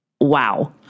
Wow